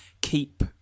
keep